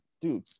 dude